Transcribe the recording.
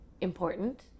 important